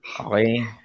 Okay